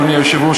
אדוני היושב-ראש,